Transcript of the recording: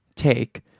take